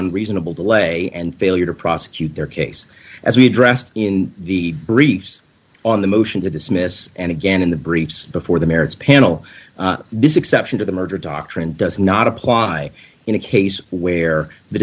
unreasonable delay and failure to prosecute their case as we addressed in the briefs on the motion to dismiss and again in the briefs before the merits panel this exception to the murder doctrine does not apply in a case where the